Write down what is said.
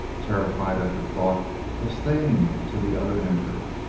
terrified at the thought of staying till the other entered,